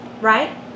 right